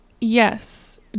Yes